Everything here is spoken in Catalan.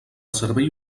servei